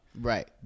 Right